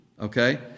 Okay